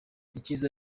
icyiza